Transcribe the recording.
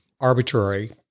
arbitrary